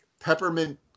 peppermint